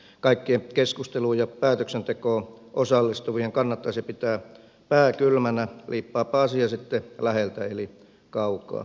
kaikkien keskusteluun ja päätöksentekoon osallistuvien kannattaisi pitää pää kylmänä liippaapa asia sitten läheltä eli kaukaa